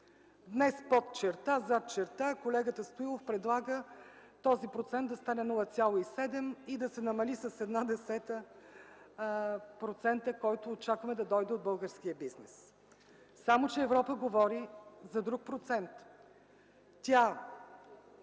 Днес, под черта, зад черта, колегата Стоилов предлага този процент да стане 0,7 и да се намали с 0,1%, който очакваме да дойде от българския бизнес. Само че Европа говори за друг процент. Тя